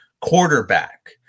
quarterback